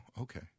okay